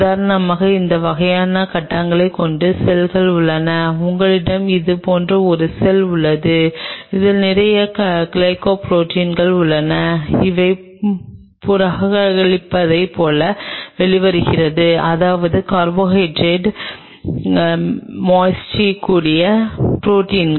உதாரணமாக அந்த வகையான கட்டங்களைக் கொண்ட செல்கள் உள்ளன உங்களிடம் இது போன்ற ஒரு செல் உள்ளது இதில் நிறைய கிளைகோபுரோட்டின்கள் உள்ளன அவை புகாரளிப்பதைப் போல வெளிவருகின்றன அதாவது கார்போஹைட்ரேட் மொயட்டியுடன் கூடிய ப்ரோடீன்